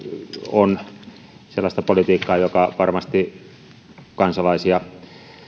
on sellaista politiikkaa joka varmasti kansalaisia